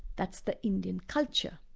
that's the indian culture.